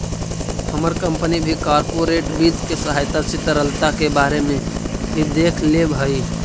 हमर कंपनी भी कॉर्पोरेट वित्त के सहायता से तरलता के बारे में भी देख लेब हई